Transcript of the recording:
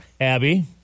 Abby